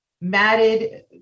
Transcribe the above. matted